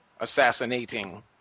assassinating